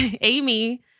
amy